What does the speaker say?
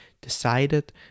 decided